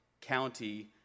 county